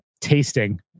tasting